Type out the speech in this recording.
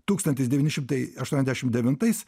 tūkstantis devyni šimtai aštuoniasdešimt devintais